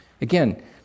Again